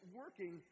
working